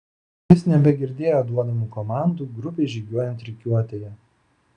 jis nebegirdėjo duodamų komandų grupei žygiuojant rikiuotėje